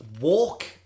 walk